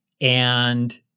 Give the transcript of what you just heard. And-